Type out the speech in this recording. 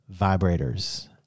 vibrators